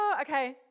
Okay